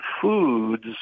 foods